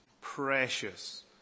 precious